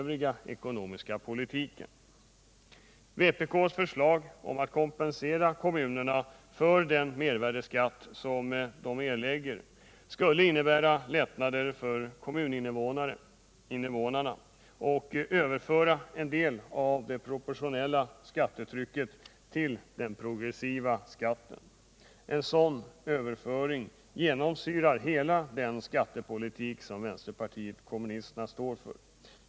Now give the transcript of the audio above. Vpk:s förslag att kompensera kommunerna för den mervärdeskatt som de erlägger skulle innebära lättnader för kommuninvånarna och överföra en del av.det proportionella skattetrycket till den progressiva skatten. En sådan överföring genomsyrar hela den skattepolitik som vänsterpartiet kommunisterna står för. Herr talman!